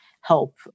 help